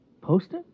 Poster